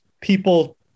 people